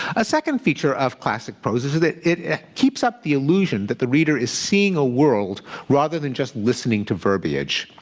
a second feature of classic prose is that it keeps up the illusion that the reader is seeing a world rather than just listening to verbiage.